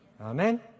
amen